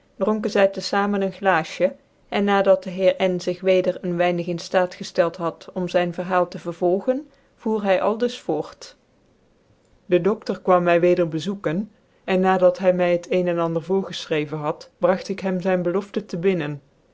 dronken zy te famen een glaasje en na dat de hccrk zig weder een weinig in haat gcftclt had om zyn verhaal tc rcrrolgcn voer hy aldus voort de docter kwam my weder bezoeken en na dat iy my het een cn ander voorgefchreven had bragt ik hem zyn belofte te binnen